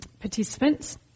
participants